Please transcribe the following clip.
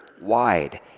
wide